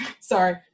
Sorry